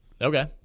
okay